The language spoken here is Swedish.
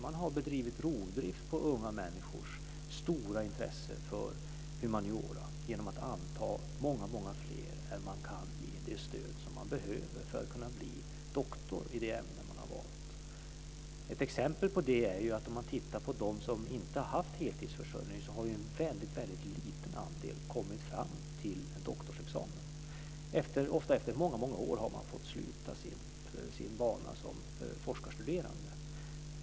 Man har bedrivit rovdrift på unga människors stora intresse för humaniora genom att anta många fler än man kan ge det stöd som behövs för att kunna bli doktor i det ämne som de har valt. Ett exempel på det är ju att om man tittar på dem som inte har haft heltidsförsörjning så har ju en väldigt liten andel kommit fram till en doktorsexamen. Ofta har de efter många år fått sluta sin bana som forskarstuderande.